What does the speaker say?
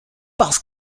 parce